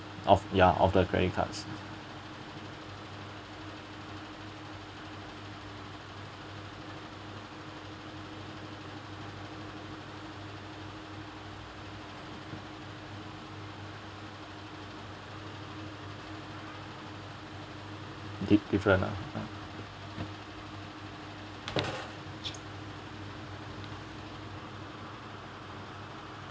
of ya of the credit cards big different ah